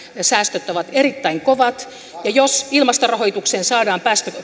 säästöt ovat erittäin kovat ja jos ilmastorahoitukseen saadaan